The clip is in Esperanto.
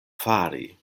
fari